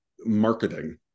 marketing